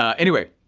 ah anyway,